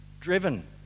driven